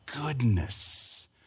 goodness